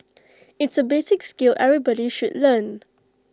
it's A basic skill everybody should learn